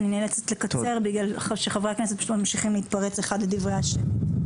אני נאלצת לקצר בגלל חברי הכנסת שממשיכים להתפרץ אחד לדברי השני.